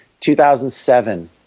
2007